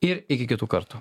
ir iki kitų kartų